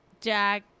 Jack